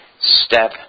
step